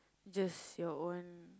just your own